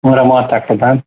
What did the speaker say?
ನೂರ ಮೂವತ್ತು ಆಗ್ತದಾ